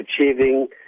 achieving